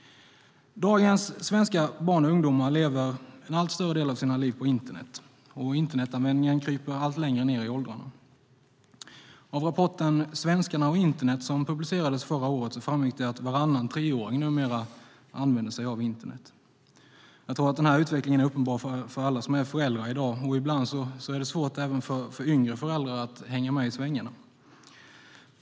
Dagens svenska barn och ungdomar lever en allt större del av sina liv på internet, och internetanvändningen kryper allt längre ned i åldrarna. Av rapporten Svenskarna och Internet , som publicerades förra året, framgick det att varannan treåring numera använder sig av internet. Jag tror att den här utvecklingen är uppenbar för alla som är föräldrar i dag, och ibland är det svårt även för yngre föräldrar att hänga med i svängarna.